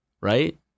right